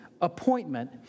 Appointment